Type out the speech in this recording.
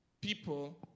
people